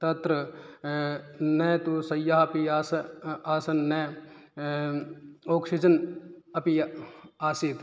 तत्र न तु शय्याः अपि आस् आसन् न आक्सिज़ेन् अपि आसीत्